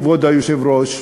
כבוד היושב-ראש,